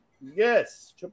Yes